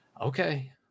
Okay